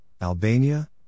Albania